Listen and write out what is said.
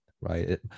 right